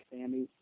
Sammy